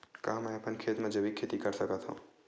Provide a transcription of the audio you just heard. का मैं अपन खेत म जैविक खेती कर सकत हंव?